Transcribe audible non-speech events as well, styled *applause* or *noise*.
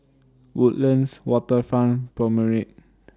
Woodlands Waterfront Promenade *noise*